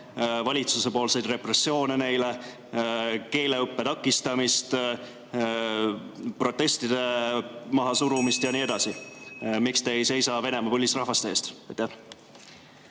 valitsuse repressioone nende suhtes, keeleõppe takistamist, protestide mahasurumist ja nii edasi? Miks te ei seisa Venemaa põlisrahvaste eest?